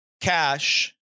cash